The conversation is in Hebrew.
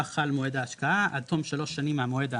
חל מועד ההשקעה עד תום שלוש שנים מהמועד האמור,